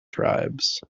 tribes